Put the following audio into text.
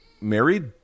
married